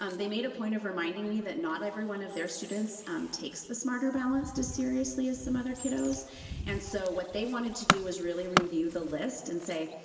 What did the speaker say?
um they a point of reminding me that not everyone of their students takes the smarter balanced as seriously as some other kiddos and so what they wanted to do was really review the list and say,